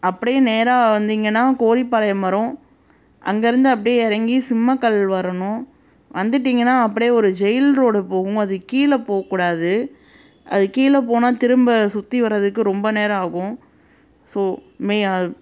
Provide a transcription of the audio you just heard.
அப்படியே நேராக வந்திங்கன்னால் கோரிப்பாளையம் வரும் அங்கே இருந்து அப்படியே இறங்கி சிம்மக்கல் வரணும் வந்துட்டீங்கன்னால் அப்படியே ஒரு ஜெயில் ரோடு போகும் அது கீழே போகக்கூடாது அது கீழே போனால் திரும்ப சுற்றி வரதுக்கு ரொம்ப நேரம் ஆகும் ஸோ மே